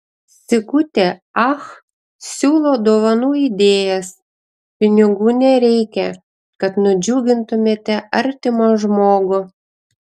sigutė ach siūlo dovanų idėjas pinigų nereikia kad nudžiugintumėte artimą žmogų